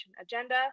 agenda